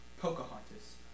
Pocahontas